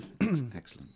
Excellent